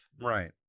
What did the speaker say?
right